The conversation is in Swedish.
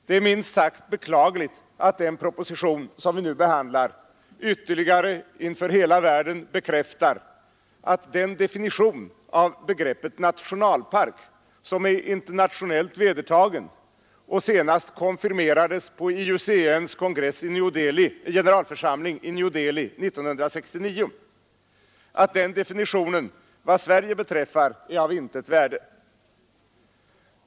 Det är minst sagt beklagligt att den proposition som vi nu behandlar ytterligare inför hela världen bekräftar att den definition av begreppet nationalpark som är internationellt vedertagen och senast konfirmerades vid IUCN:s generalförsamling i New Delhi 1969 vad beträffar Sverige är av intet värde.